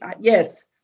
Yes